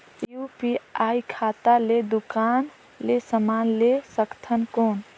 UPI खाता ले दुकान ले समान ले सकथन कौन?